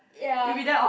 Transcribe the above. ya